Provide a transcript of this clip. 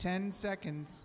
ten seconds